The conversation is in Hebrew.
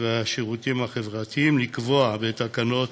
והשירותים החברתיים לקבוע בתקנות